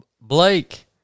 Blake